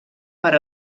per